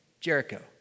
Jericho